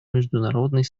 международной